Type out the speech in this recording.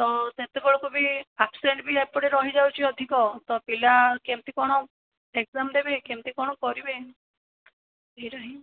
ତ ସେତେବେଳକୁ ବି ଆବସେଣ୍ଟ ବି ଏପଟେ ରହିଯାଉଛି ଅଧିକ ତ ପିଲା କେମିତି କଣ ଏକ୍ସଜାମ ଦେବେ କେମିତି କଣ କରିବେ ଏଇଟା ହିଁ